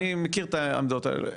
אני מכיר את העמדות האלה,